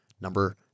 number